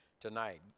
tonight